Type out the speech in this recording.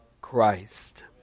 Christ